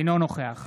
אינו נוכח